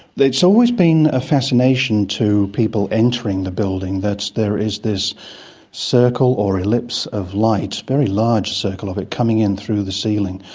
always been a fascination to people entering the building that there is this circle or ellipse of light, a very large circle of it coming in through the ceiling,